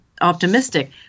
optimistic